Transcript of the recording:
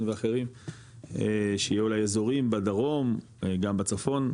ואחרים שיהיה אולי אזורים בדרום וגם בצפון,